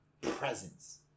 presence